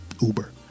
Uber